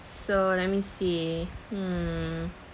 so let me see mm